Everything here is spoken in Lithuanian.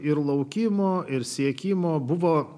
ir laukimo ir siekimo buvo